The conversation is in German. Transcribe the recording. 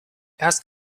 erst